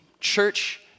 church